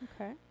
Okay